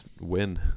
Win